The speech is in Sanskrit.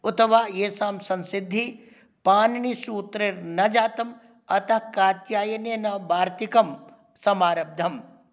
उत वा एषां संसिद्धिः पाणिनीसूत्रे न जातम् अतः कात्यायनेन वार्तिकं समारब्धम्